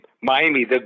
Miami